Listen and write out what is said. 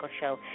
Show